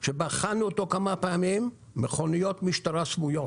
שבחנו אותו כמה פעמים, מכוניות משטרה סמויות.